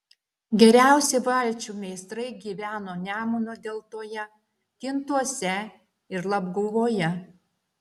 geriausi valčių meistrai gyveno nemuno deltoje kintuose ir labguvoje